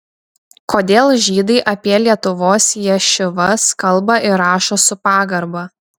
kodėl žydai apie lietuvos ješivas kalba ir rašo su pagarba